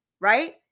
right